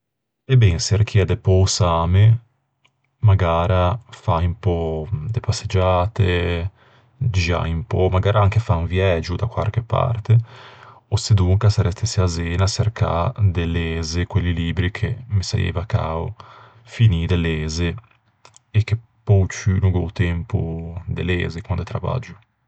E ben, çerchiæ de pösâme, magara un pö de passeggiate, giâ un pö. Magara anche fâ un viægio da quarche parte. Ò sedonca, s'arrestesse à Zena, çercâ de leze quelli libbri che me saieiva cao finî de leze e che pe-o ciù no gh'ò o tempo de leze quande travaggio.